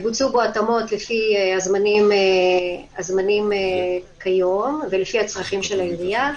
בוצעו בו התאמות לפי הזמנים כיום ולפי הצרכים של העירייה.